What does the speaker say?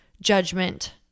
judgment